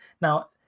Now